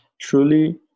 Truly